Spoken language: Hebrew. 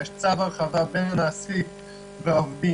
יש צו הרחבה בין המעסיק והעובדים,